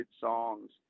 songs